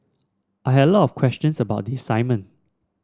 I had a lot of questions about the assignment